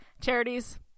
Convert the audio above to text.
charities